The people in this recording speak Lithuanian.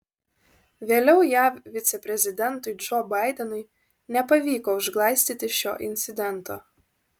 vėliau jav viceprezidentui džo baidenui nepavyko užglaistyti šio incidento